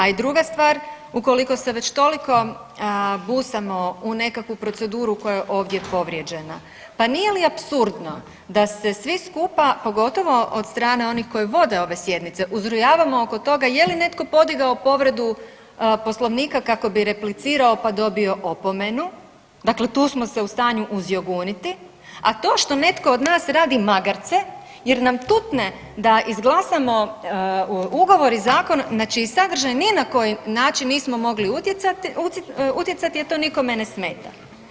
A i druga stvar, ukoliko se već toliko busamo u nekakvu proceduru koja je ovdje povrijeđena, pa nije li apsurdno da se svi skupa, pogotovo od strane onih koji vode ove sjednice uzrujavamo oko toga je li neto podigao povredu poslovnika kako bi replicirao pa dobio opomenu, dakle tu smo se u stanju uzjoguniti, a to što netko od nas radi magarce jer nam tutne da izglasamo ugovor i zakon na čiji sadržaj ni na koji način nismo mogli utjecati, to nikome ne smeta.